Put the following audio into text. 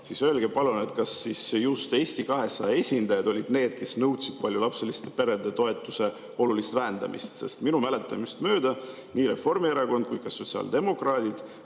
siis öelge palun, kas just Eesti 200 esindajad olid need, kes nõudsid paljulapseliste perede toetuse olulist vähendamist. Minu mäletamist mööda kiitsid nii Reformierakond kui ka sotsiaaldemokraadid